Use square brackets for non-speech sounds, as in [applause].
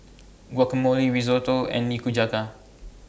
[noise] Guacamole Risotto and Nikujaga